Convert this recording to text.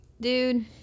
dude